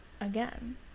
again